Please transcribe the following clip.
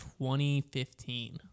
2015